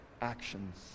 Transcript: actions